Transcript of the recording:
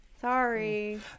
Sorry